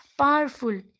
powerful